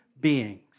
beings